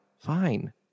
fine